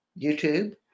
YouTube